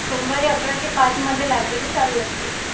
सोमवारी अकरा ते पाचमध्ये लायब्ररी चालू असते